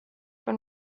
when